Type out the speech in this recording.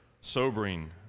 sobering